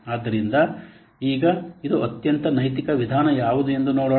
ಆದ್ದರಿಂದ ಈಗ ಇದು ಅತ್ಯಂತ ನೈತಿಕ ವಿಧಾನ ಯಾವುದು ಎಂದು ನೋಡೋಣ